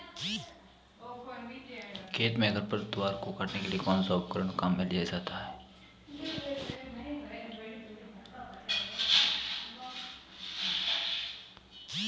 खेत में खरपतवार को काटने के लिए कौनसा उपकरण काम में लिया जाता है?